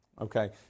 Okay